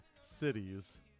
cities